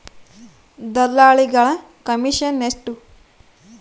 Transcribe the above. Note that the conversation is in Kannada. ದಲ್ಲಾಳಿಗಳ ಕಮಿಷನ್ ಎಷ್ಟು?